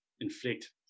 inflict